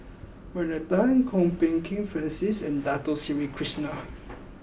Bernard Tan Kwok Peng Kin Francis and Dato Sri Krishna